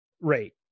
rate